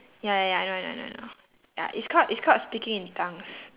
ya ya ya I know I know I know I know ya it's called it's called speaking in tongues